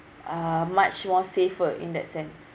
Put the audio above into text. uh much more safer in that sense